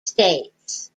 states